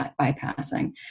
bypassing